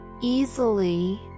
Easily